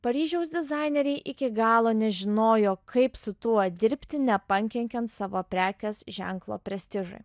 paryžiaus dizaineriai iki galo nežinojo kaip su tuo dirbti nepakenkiant savo prekės ženklo prestižui